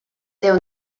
tev